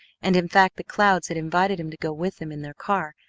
and in fact the clouds had invited him to go with them in their car,